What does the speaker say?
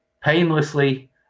painlessly